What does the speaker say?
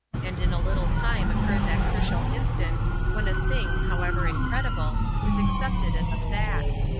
and in a little time occurred that crucial instant when a thing, however incredible, is accepted as a fact.